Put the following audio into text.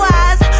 eyes